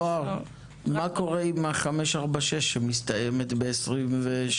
זהר, מה קורה עם 546 שמסתיימת ב-2022?